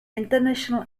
international